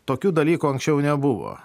tokių dalykų anksčiau nebuvo